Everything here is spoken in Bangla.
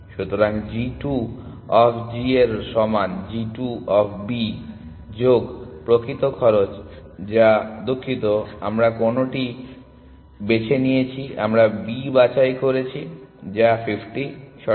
সুতরাং g 2 অফ g এর সমান g 2 অফ B যোগ প্রকৃত খরচ যা দুঃখিত আমরা কোনটি বেছে নিয়েছি আমরা B বাছাই করেছি যা 50 সঠিক